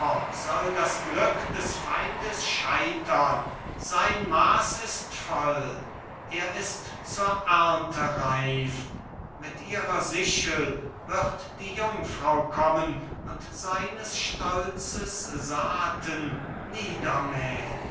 soll das glück des feindes scheitern sein maß ist voll er ist zur ernte reif mit ihrer sichel wird die jungfrau kommen und seines stolzes saaten niedermähn